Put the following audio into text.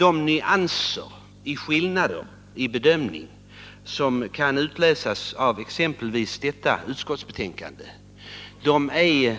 De nyanser och skillnader i bedömningen som kan utläsas av exempelvis detta utskottsbetänkande är